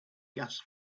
gas